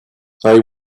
they